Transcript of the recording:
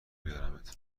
بیارمت